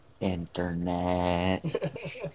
internet